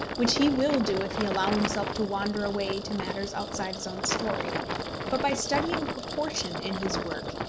which he will do if he allow himself to wander away to matters outside his own story but by studying proportion in his work,